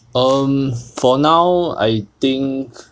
um for now I think